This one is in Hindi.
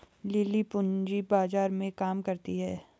लिली पूंजी बाजार में काम करती है